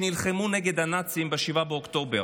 שנלחמו נגד הנאצים ב-7 באוקטובר.